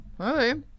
Okay